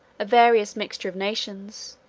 a various mixture of nations,